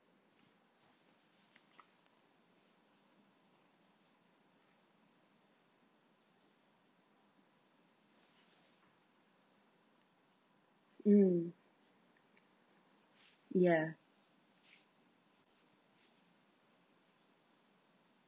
mm ya